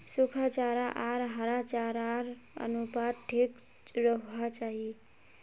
सुखा चारा आर हरा चारार अनुपात ठीक रोह्वा चाहि